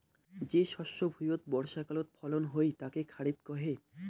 যে শস্য ভুঁইয়ত বর্ষাকালত ফলন হই তাকে খরিফ কহে